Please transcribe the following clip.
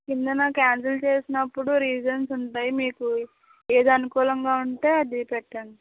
క్రిందన cancel చేసినప్పుడు reasons ఉంటాయి మీకు ఏది అనుకూలంగా ఉంటే అది పెట్టండి